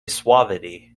suavity